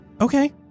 okay